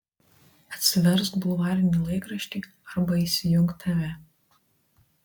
atsiversk bulvarinį laikraštį arba įsijunk tv